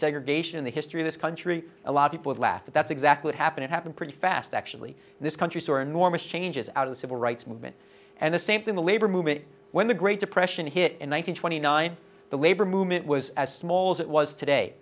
segregation in the history of this country a lot of people laugh but that's exactly it happened it happened pretty fast actually in this country or enormous changes out of the civil rights movement and the same thing the labor movement when the great depression hit in one thousand twenty nine the labor movement was as small as it was today